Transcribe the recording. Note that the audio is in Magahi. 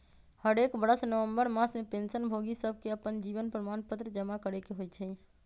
हरेक बरस नवंबर मास में पेंशन भोगि सभके अप्पन जीवन प्रमाण पत्र जमा करेके होइ छइ